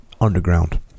Underground